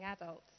adults